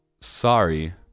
sorry